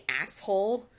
asshole